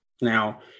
Now